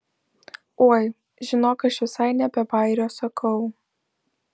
oi žinok aš visai ne be bajerio sakau